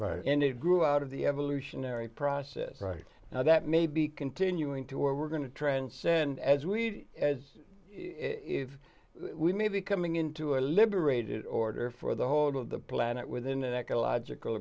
right and it grew out of the evolutionary process right now that may be continuing to or we're going to transcend as we as if we may be coming into a liberated order for the whole of the planet with an ecological